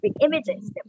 images